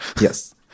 Yes